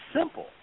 simple